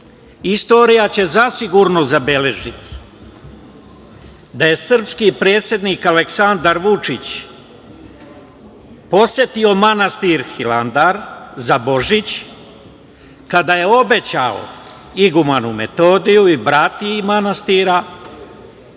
veku. Istorija će zasigurno zabeležiti da je srpski predsednik Aleksandar Vučić posetio manastir Hilandar za Božić, kada je obećao igumanu Metodiju i bratiji manastira,